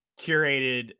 curated